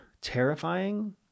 terrifying